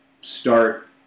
start